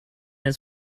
his